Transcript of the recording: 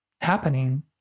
happening